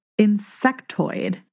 insectoid